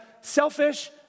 selfish